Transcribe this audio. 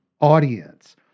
audience